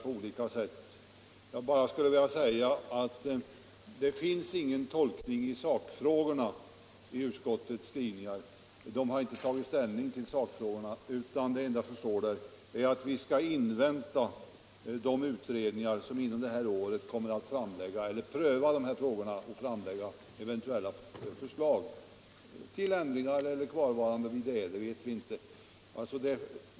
I utskottets skrivning finns det emellertid ingen tolkning i sakfrågorna, utan där står bara att vi skall invänta de utredningar som i år kommer att pröva dessa frågor och eventuellt framlägga förslag. Om det då föreslås ändringar eller ej vet vi ingenting om.